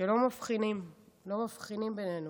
שלא מבחינים בינינו.